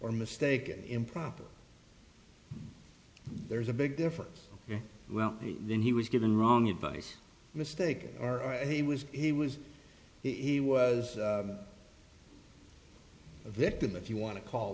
or mistaken improper there's a big difference well then he was given wrong advice mistake or he was he was he was a victim if you want to call